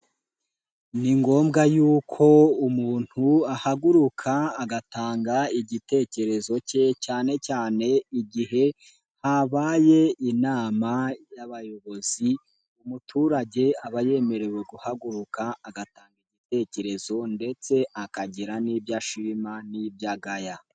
Ni ngombwa yuko umuntu ahaguruka agatanga igitekerezo ke cyane cyane igihe habaye inama y'abayobozi. Umuturage aba yemerewe guhaguruka agatanga ibitekerezo ndetse akagira n'ibyo ashima n'ibyo agaya.